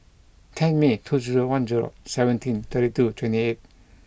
ten May two zero one zero seventeen thirty two twenty eight